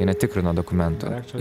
jie netikrino dokumentų